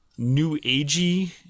new-agey